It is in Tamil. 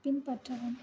பின்பற்றவும்